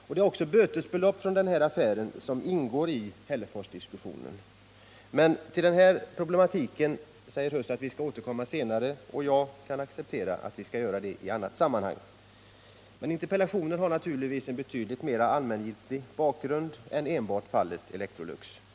Det är också bötesbelopp från den affären som ingår i Hälleforsnäsdiskussionen. Industriministern sade att vi senare skall återkomma till den här problematiken, och jag kan acceptera att vi gör det i ett annat sammanhang. Men interpellationen har naturligtvis en betydligt mer allmängiltig bakgrund än enbart fallet Electrolux.